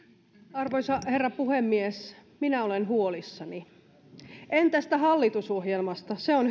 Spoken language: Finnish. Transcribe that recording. arvoisa herra puhemies minä olen huolissani mutta en tästä hallitusohjelmasta se on